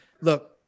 look